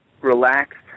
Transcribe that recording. relaxed